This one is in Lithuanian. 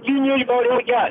kinijai to reikia